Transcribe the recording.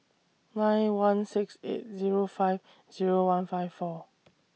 nine one six eight Zero five Zero one five four